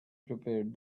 prepared